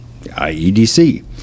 IEDC